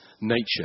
nature